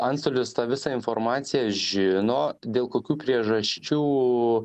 antstolis tą visą informaciją žino dėl kokių priežasčių